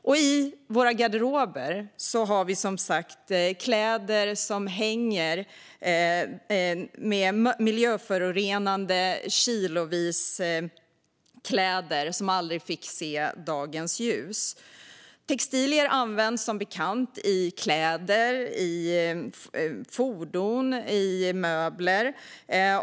Och i våra garderober har vi kilovis med miljöförorenande kläder som aldrig får se dagens ljus igen. Textilier används som bekant i kläder, i fordon och i möbler.